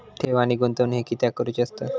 ठेव आणि गुंतवणूक हे कित्याक करुचे असतत?